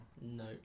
No